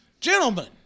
Gentlemen